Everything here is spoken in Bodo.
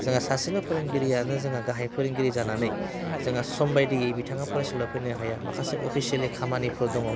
जोङा सासेबो फोरोंगिरियानो जोङो गाहाय फोरोंगिरि जानानै जोङा सम बायदियै बिथाङा फरायसालियाव फैनो हाया माखासे अफिसियेलि खामानिफोर दङ